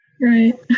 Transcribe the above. Right